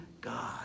God